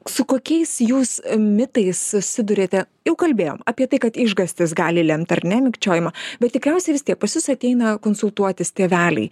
su kokiais jūs mitais susiduriate jau kalbėjom apie tai kad išgąstis gali lemti ar ne mikčiojimą bet tikriausiai vis tiek pas jus ateina konsultuotis tėveliai